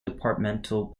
departmental